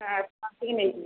ଆପଣ ଆସିକି ନେଇଯିବେ